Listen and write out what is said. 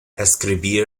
escribir